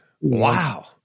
Wow